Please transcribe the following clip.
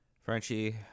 Frenchie